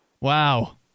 Wow